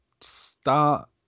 start